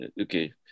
Okay